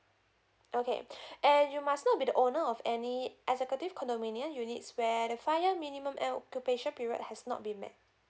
okay and you must not be the owner of any executive condominium units where the five year minimum occupation period has not been met